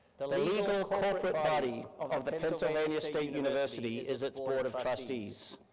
the legal culprit body of of the pennsylvania state university is its board of trustees.